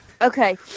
Okay